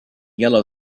yellow